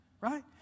right